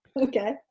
Okay